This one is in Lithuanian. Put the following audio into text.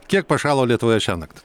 kiek pašalo lietuvoje šiąnakt